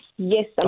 Yes